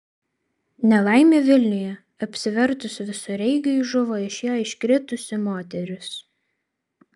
nelaimė vilniuje apsivertus visureigiui žuvo iš jo iškritusi moteris